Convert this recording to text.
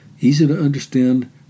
easy-to-understand